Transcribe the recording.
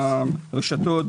ברשתות,